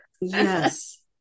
yes